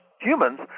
humans